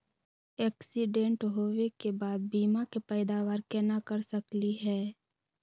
Accident होवे के बाद बीमा के पैदावार केना कर सकली हे?